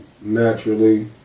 naturally